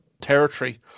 territory